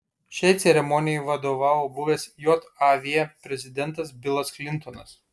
šiai ceremonijai vadovavo buvęs jav prezidentas bilas klintonas